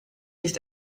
nicht